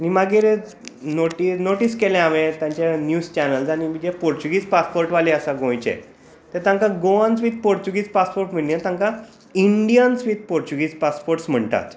मागीर नाॅटीस केलें हांवेन तेंच्या निवज चॅनल्सानी बीन जे पुर्तुगीस पास वाले बी आसा गोंयचे ते तांकां गोवन्स वीथ पुर्तुगीज पासपाॅर्ट म्हणजे तांकां इंडियन्स वीथ पुर्तुगीस पासपाॅर्टस म्हणटात